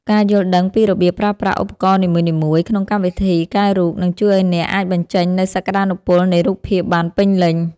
ការយល់ដឹងពីរបៀបប្រើប្រាស់ឧបករណ៍នីមួយៗក្នុងកម្មវិធីកែរូប នឹងជួយឱ្យអ្នកអាចបញ្ចេញនូវសក្តានុពលនៃរូបភាពបានពេញលេញ។